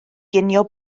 ginio